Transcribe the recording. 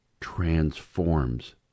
transforms